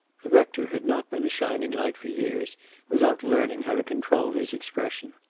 the rector had not been a shining light for years without learning how to control his expression.